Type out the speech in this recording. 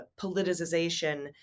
politicization